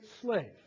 slave